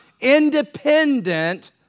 independent